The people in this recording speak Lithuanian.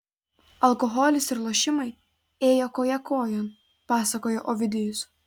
alkoholis ir lošimai ėjo koja kojon pasakoja ovidijus